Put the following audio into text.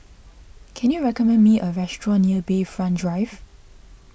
can you recommend me a restaurant near Bayfront Drive